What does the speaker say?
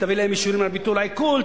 תביא להם אישורים על ביטול העיקול,